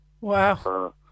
Wow